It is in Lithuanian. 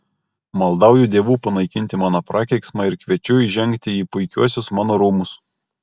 maldauju dievų panaikinti mano prakeiksmą ir kviečiu įžengti į puikiuosius mano rūmus